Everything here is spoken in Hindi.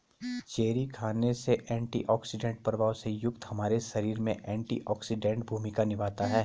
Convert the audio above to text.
चेरी खाने से एंटीऑक्सीडेंट प्रभाव से युक्त हमारे शरीर में एंटीऑक्सीडेंट भूमिका निभाता है